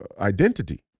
identity